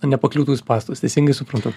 nepakliūtų į spąstus teisingai suprantu